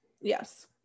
Yes